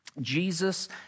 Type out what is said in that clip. Jesus